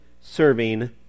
serving